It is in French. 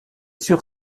sur